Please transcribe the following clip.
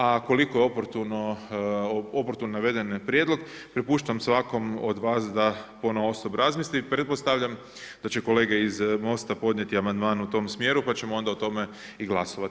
A koliko je oportuno naveden prijedlog prepuštam svakom od vas da ponaosob razmisli i pretpostavljam da će kolege iz Mosta podnijeti amandman u tom smjeru, pa ćemo onda o tome i glasovati.